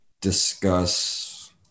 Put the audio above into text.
discuss